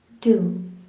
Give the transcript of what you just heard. two